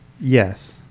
Yes